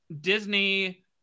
Disney